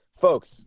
folks